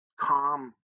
calm